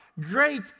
great